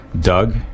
Doug